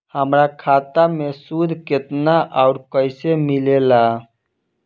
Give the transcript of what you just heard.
हमार खाता मे सूद केतना आउर कैसे मिलेला?